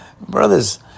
Brothers